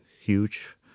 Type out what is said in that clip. huge